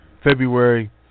February